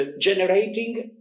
generating